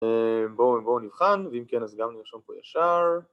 בואו...בואו נבחן ואם כן אז גם נרשום פה ישר